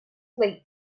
late